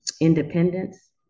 independence